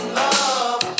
love